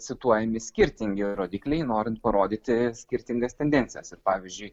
cituojami skirtingi rodikliai norint parodyti skirtingas tendencijas ir pavyzdžiui